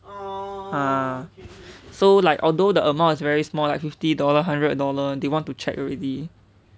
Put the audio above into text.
ah so like although the amount is very small like fifty dollar hundred dollar they want to check already